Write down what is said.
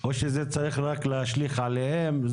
או שזה צריך להשליך רק עליהם?